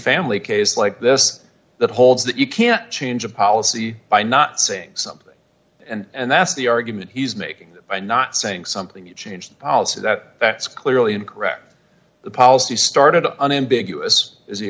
family case like this that holds that you can't change of policy by not saying something and that's the argument he's making by not saying something you changed policy that that's clearly incorrect the policy started unambiguous as he